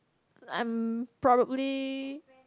I'm probably